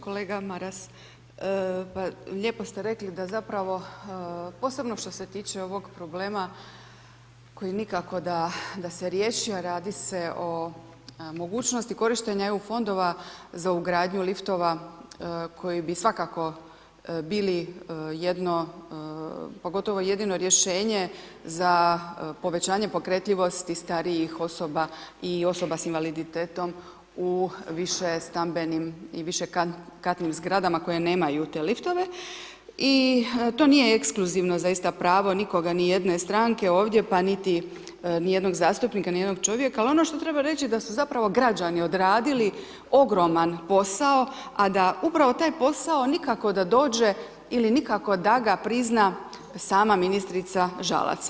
Kolega Maras, pa lijepo ste rekli da zapravo, posebno što se tiče ovog problema koji nikako da, da se riješio, radi se o mogućnosti korištenja EU fondova za ugradnju liftova koji bi svakako bili jedno, pogotovo jedino rješenje za povećanje pokretljivosti starijih osoba i osoba s invaliditetom u višestambenim i višekatnim zgradama koje nemaju te liftove i to nije ekskluzivno zaista pravo nikoga, nijedne stranke ovdje, pa niti nijednog zastupnika, ni jednog čovjeka, al ono što treba reći da su zapravo građani odradili ogroman posao, a da upravo taj posao nikako da dođe ili nikako da ga prizna sama ministrica Žalac.